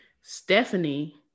stephanie